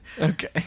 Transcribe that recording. Okay